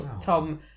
Tom